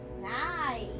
Nice